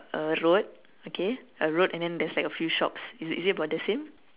a road okay a road and then there's like a few shops is is it about the same